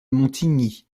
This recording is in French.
montigny